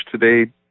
today